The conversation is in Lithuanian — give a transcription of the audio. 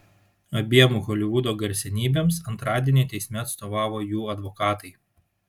abiem holivudo garsenybėms antradienį teisme atstovavo jų advokatai